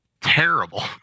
terrible